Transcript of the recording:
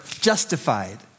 justified